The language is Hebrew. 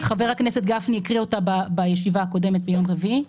חבר הכנסת גפני הקריא אותה בישיבה הקודמת ביום רביעי.